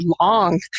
long